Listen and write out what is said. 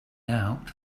out